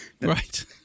right